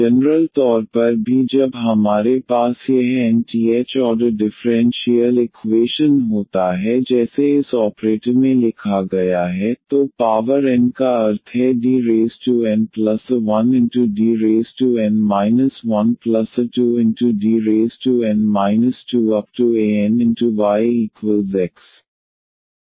general तौर पर भी जब हमारे पास यह nth ऑर्डर डिफरेंशियल इक्वेशन होता है जैसे इस ऑपरेटर में लिखा गया है तो पावर n का अर्थ है Dna1Dn 1a2Dn 2anyX